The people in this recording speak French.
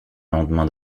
lendemain